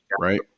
right